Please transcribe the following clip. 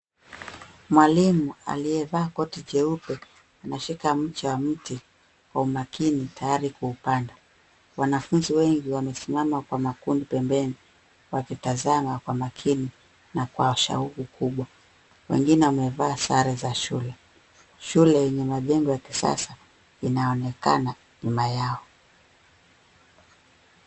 Mwalimu aliyevaa koti jeupe anashika mche wa mti kwa umakini tayari kuupanda. Wanafunzi wengi wamesimama kwa makundi pembeni wakitazama kwa makini na kwa mashauku kubwa, wengine wamevaa sare za shule. Shule yenye majengo ya kisasa inaonekana myuma yao.